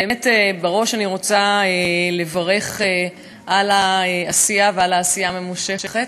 בראש אני רוצה לברך על העשייה הממושכת,